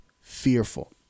fearful